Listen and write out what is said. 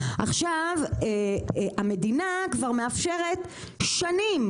עכשיו המדינה כבר מאפשרת שנים,